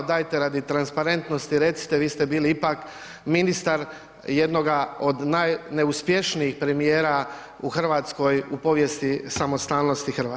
Dajte radi transparentnosti recite, vi ste bili ipak ministar jednoga od najneuspješnijih premijera u Hrvatskoj u povijesti samostalnosti Hrvatske.